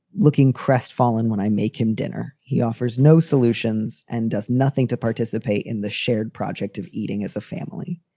looking crestfallen when i make him dinner, he offers no solutions and does nothing to participate in the shared project of eating as a family.